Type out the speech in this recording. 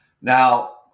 Now